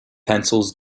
pencils